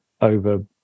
over